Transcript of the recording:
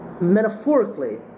metaphorically